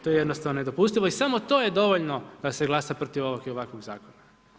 To je jednostavno nedopustivo i samo to je dovoljno da se glasa protiv ovog i ovakvog zakona.